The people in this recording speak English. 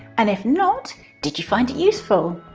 and if not did you find it useful?